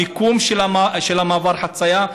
המיקום של מעבר החציה,